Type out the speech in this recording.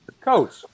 coach